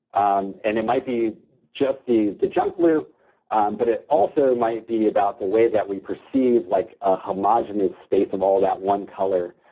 um and it might be just the the junk blue but it also might be about the way that we perceive like a homogenous space of all that one color.